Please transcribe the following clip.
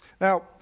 Now